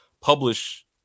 publish